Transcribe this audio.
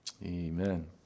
Amen